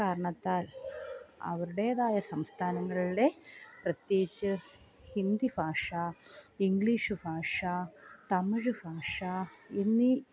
അക്കാരണത്താൽ അവരുടേതായ സംസ്ഥാനങ്ങളിലെ പ്രത്യേകിച്ച് ഹിന്ദി ഭാഷ ഇംഗ്ലീഷ് ഭാഷ തമിഴ് ഭാഷ എന്നീ